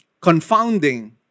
confounding